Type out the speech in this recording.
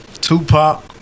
Tupac